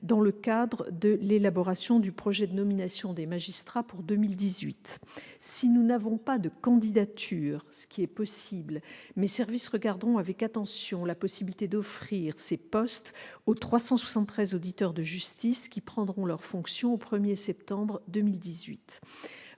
dans le cadre de l'élaboration du projet de nomination des magistrats pour l'année 2018. Si nous n'avons pas de candidature, ce qui est possible, mes services regarderont avec attention la possibilité d'offrir ces postes aux 373 auditeurs de justice qui prendront leurs fonctions au 1 septembre 2018.